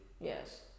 Yes